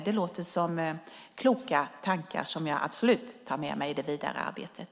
Det låter dock som kloka tankar som jag absolut tar med mig i det vidare arbetet.